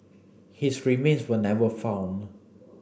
his remains were never found